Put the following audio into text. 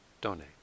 donate